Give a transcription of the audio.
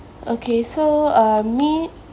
okay so uh me